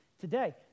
Today